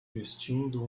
vestindo